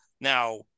now